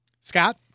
Scott